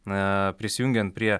na prisijungiant prie